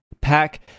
pack